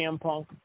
Punk